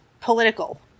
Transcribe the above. political